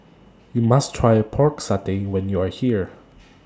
YOU must Try Pork Satay when YOU Are here